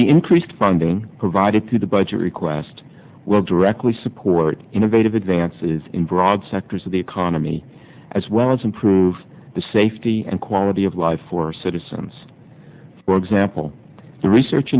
increased funding provided to the budget request will directly support innovative advances in broad sectors of the economy as well as improve the safety and quality of life for citizens for example the research